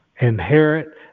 Inherit